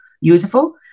useful